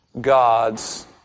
God's